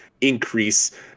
increase